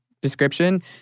description